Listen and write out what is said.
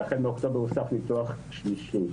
והחל מאוקטובר הוסף ניתוח שלישי.